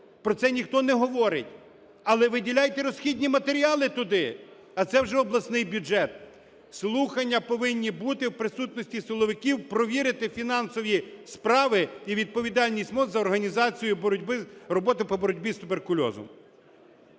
Про це ніхто не говорить, але виділяйте розхідні матеріали туди, а це вже обласний бюджет. Слухання повинні бути у присутності силовиків, провірити фінансові справи і відповідальність МОЗ з організацією роботи по боротьбі з туберкульозом.